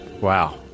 wow